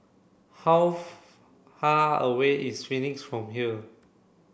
how far away is Phoenix from here